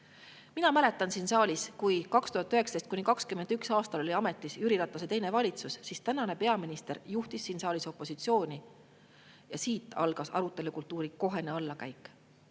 asi."Mina mäletan seda, kui 2019.–2021. aastal oli ametis Jüri Ratase teine valitsus ja tänane peaminister juhtis siin saalis opositsiooni. Ja siis algas arutelukultuuri kohene allakäik.